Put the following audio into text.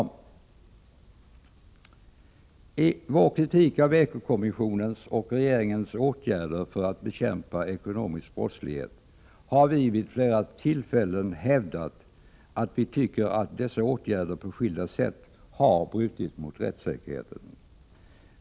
I vår kritik av eko-kommissionens och regeringens åtgärder för att bekämpa ekonomisk brottslighet har vi vid flera tillfällen hävdat att vi tycker att dessa åtgärder på skilda sätt har brutit mot rättssäkerheten.